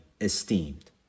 esteemed